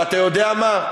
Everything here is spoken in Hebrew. ואתה יודע מה?